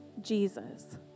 Jesus